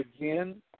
again